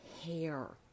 hair